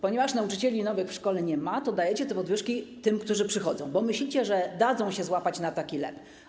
Ponieważ nowych nauczycieli w szkole nie ma, to dajecie podwyżki tym, którzy przychodzą, bo myślicie, że dadzą się złapać na taki lep.